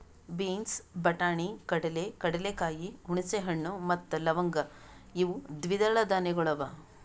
beans, ಬಟಾಣಿ, ಕಡಲೆ, ಕಡಲೆಕಾಯಿ, ಹುಣಸೆ ಹಣ್ಣು ಮತ್ತ ಲವಂಗ್ ಇವು ದ್ವಿದಳ ಧಾನ್ಯಗಳು ಅವಾ